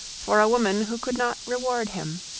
for a woman who could not reward him.